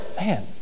man